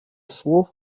слов